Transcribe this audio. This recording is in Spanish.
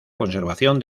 conservación